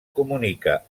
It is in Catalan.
comunica